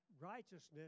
righteousness